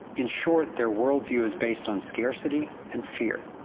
in short, their worldview is based on scarcity and fear.